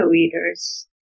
eaters